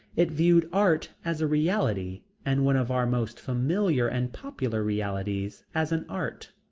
it viewed art as a reality, and one of our most familiar and popular realities as an art.